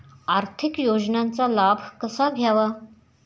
आर्थिक योजनांचा लाभ कसा घ्यावा?